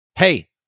Hey